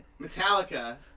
Metallica